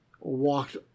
walked